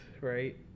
right